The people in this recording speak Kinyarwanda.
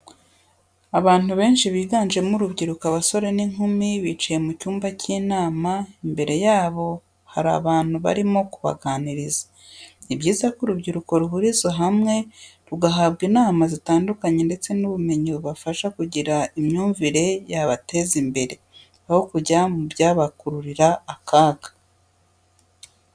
Abantu benshi biganjemo urubyiruko abasore n'inkumi bicaye mu cyumba cy'inama imbere yabo hari abantu barimo kubaganiriza. Ni byiza ko urubyiruko ruhurizwa hamwe rugahabwa inama zitandukanye ndetse n'ubumenyi bubafasha kugira imyumvire yabateza imbere, aho kujya mu byabakururira akaga.